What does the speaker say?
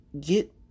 get